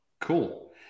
Cool